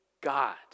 God